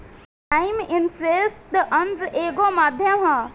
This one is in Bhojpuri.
टाइम्स इंटरेस्ट अर्न्ड एगो माध्यम ह